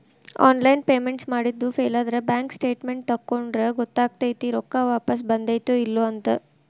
online payments ಮಾಡಿದ್ದು ಫೇಲಾದ್ರ bank statements ತಕ್ಕೊಂಡ್ರ ಗೊತ್ತಕೈತಿ ರೊಕ್ಕಾ ವಾಪಸ್ ಬಂದೈತ್ತೋ ಇಲ್ಲೋ ಅಂತ